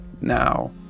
Now